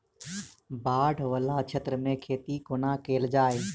बाढ़ वला क्षेत्र मे खेती कोना कैल जाय?